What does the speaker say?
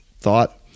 thought